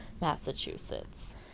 Massachusetts